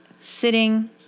sitting